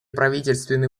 правительственные